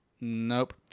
Nope